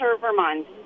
Vermont